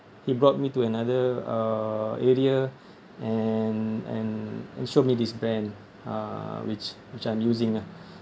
he brought me to another uh area and and and showed me this brand uh which which I'm using ah